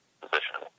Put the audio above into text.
position